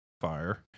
fire